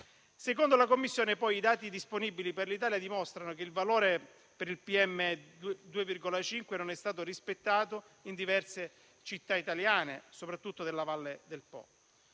Secondo la Commissione, i dati disponibili per l'Italia dimostrano che il valore per il PM2,5 non è stato rispettato in diverse città italiane, soprattutto della valle del Po.